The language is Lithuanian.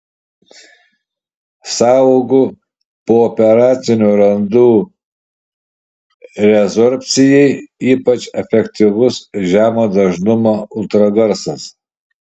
sąaugų pooperacinių randų rezorbcijai ypač efektyvus žemo dažnumo ultragarsas